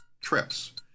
trips